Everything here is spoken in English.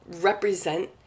represent